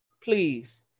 Please